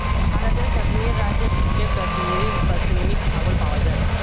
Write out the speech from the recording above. ভারতের কাশ্মীর রাজ্য থেকে কাশ্মীরি পশমিনা ছাগল পাওয়া যায়